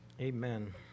Amen